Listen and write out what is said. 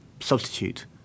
substitute